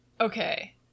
Okay